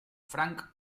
frank